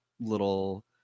little